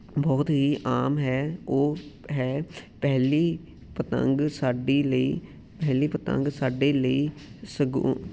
ਬਹੁਤ ਹੀ ਆਮ ਹੈ ਉਹ ਹੈ ਪਹਿਲੀ ਪਤੰਗ ਸਾਡੀ ਲਈ ਪਹਿਲੀ ਪਤੰਗ ਸਾਡੇ ਲਈ ਸਗੋਂ